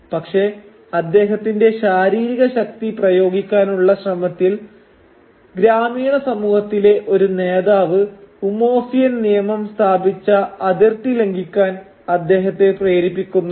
പക്ഷേ അദ്ദേഹത്തിന്റെ ശാരീരിക ശക്തി പ്രയോഗിക്കാനുള്ള ശ്രമത്തിൽ ഗ്രാമീണ സമൂഹത്തിലെ ഒരു നേതാവ് ഉമൊഫിയൻ നിയമം സ്ഥാപിച്ച അതിർത്തി ലംഘിക്കാൻ അദ്ദേഹത്തെ പ്രേരിപ്പിക്കുന്നുണ്ട്